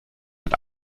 ein